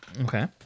Okay